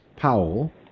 Powell